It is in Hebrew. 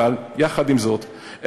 אבל יחד עם זאת,